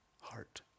heart